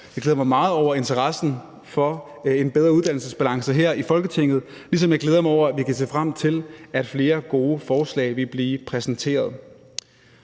meget over interessen her i Folketinget for en bedre uddannelsesbalance, ligesom jeg glæder mig over, at vi kan se frem til, at flere gode forslag vil blive præsenteret.